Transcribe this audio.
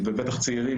ובטח צעירים,